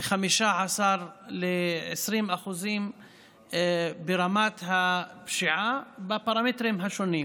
15% ל-20% ברמת הפשיעה בפרמטרים השונים.